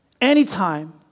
anytime